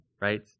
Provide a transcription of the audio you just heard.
right